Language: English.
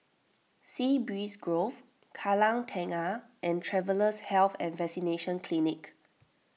Sea Breeze Grove Kallang Tengah and Travellers' Health and Vaccination Clinic